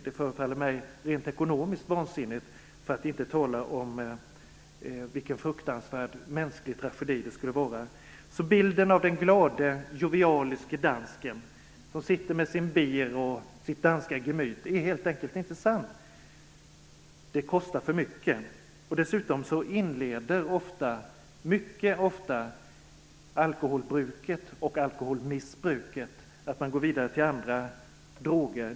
Det förefaller mig rent ekonomiskt vansinnigt, för att inte tala om vilken fruktansvärd mänsklig tragedi det skulle innebära. Så bilden av den glade och jovialiske dansken, som sitter med sitt bir med sitt danska gemyt är helt enkelt inte sann. Det kostar för mycket. Dessutom leder alkoholbruket och alkoholmissbruket mycket ofta till att man går vidare till andra droger.